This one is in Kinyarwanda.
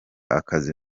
akazi